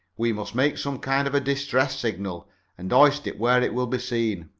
we must make some kind of a distress signal and hoist it where it will be seen.